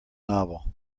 novel